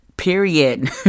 period